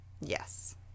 Yes